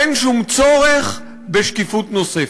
אין שום צורך בשקיפות נוספת.